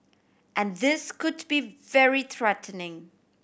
and this could be very threatening